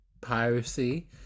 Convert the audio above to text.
piracy